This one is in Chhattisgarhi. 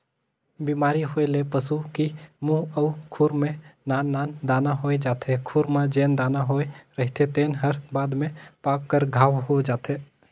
बेमारी होए ले पसू की मूंह अउ खूर में नान नान दाना होय जाथे, खूर म जेन दाना होए रहिथे तेन हर बाद में पाक कर घांव हो जाथे